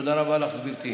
תודה רבה לך, גברתי.